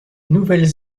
nouvelles